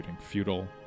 feudal